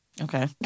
Okay